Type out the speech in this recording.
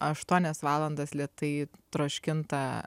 aštuonias valandas lėtai troškintą